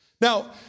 Now